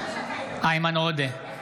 איימן עודה,